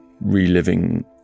reliving